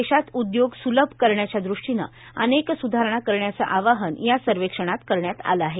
देशात उद्योग सुलभ करण्याच्या दृष्टीनं अनेक सुधारणा करण्याचं आवाहन या सर्वेक्षणात करण्यात आलं आहे